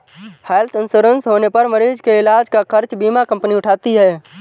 health insurance होने पर मरीज के इलाज का खर्च बीमा कंपनी उठाती है